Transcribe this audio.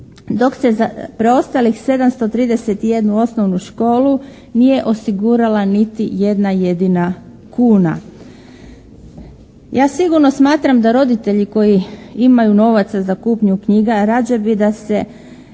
dok se za preostalih 731 osnovnu školu nije osigurala niti jedna jedina kuna. Ja sigurno smatram da roditelji koji imaju novaca za kupnju knjiga rađe bi da se